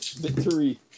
Victory